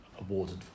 awarded